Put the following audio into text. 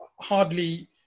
hardly